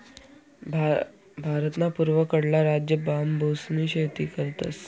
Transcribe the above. भारतना पूर्वकडला राज्य बांबूसनी शेती करतस